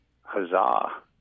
huzzah